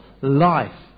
life